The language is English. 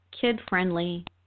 kid-friendly